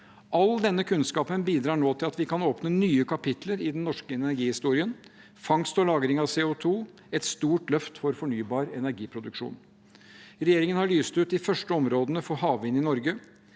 All denne kunnskapen bidrar nå til at vi kan åpne nye kapitler i den norske energihistorien, med fangst og lagring av CO2 – et stort løft for fornybar energiproduksjon. Regjeringen har lyst ut de første områdene for havvind i Norge.